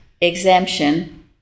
exemption